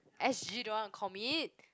S_G don't want to commit